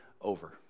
over